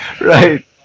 Right